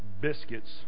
biscuits